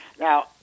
Now